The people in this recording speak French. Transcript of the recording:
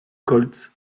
koltz